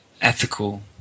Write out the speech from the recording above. ethical